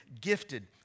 gifted